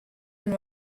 and